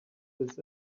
this